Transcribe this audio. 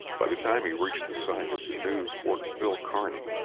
by the time he reached the site of the new fort phil kearny,